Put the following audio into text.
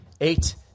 eight